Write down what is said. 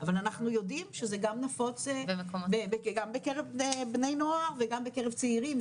אבל אנחנו יודעים שזה גם נפוץ בקרב בני נוער וגם בקרב צעירים.